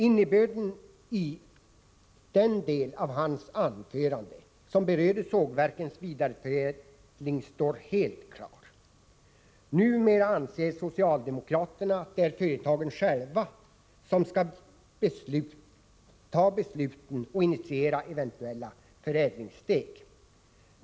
Innebörden i den del av hans anförande som berörde sågverkens vidareförädling står helt klar. Numera anser socialdemokraterna att det är företagen själva som skall ta besluten och initiera eventuella förädlingssteg.